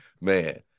man